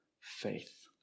faith